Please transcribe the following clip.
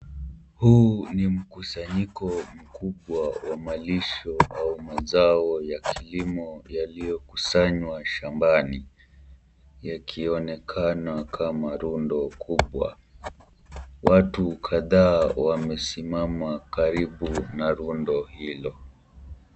Huu ni mkusanyiko kubwa wa malisho au mazao ya kilimo yaliyokusanywa shambani yakionekana kama rundo kubwa. Watu kadhaa wamesimama karibu na rundo hilo.